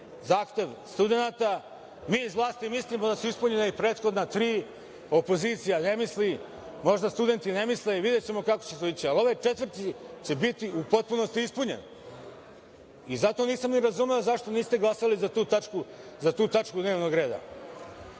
zahtev studenata. Mi iz vlasti mislimo da su ispunjena i prethodna tri. Opozicija ne misli, možda studenti ne misle, ali videćemo kako će to ići, ali ovaj 4. će biti u potpunosti ispunjen. Zato nisam razumeo zašto niste glasali za tu tačku dnevnog reda. Set